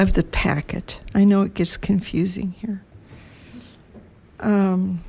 of the packet i know it gets confusing here u